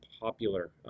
popular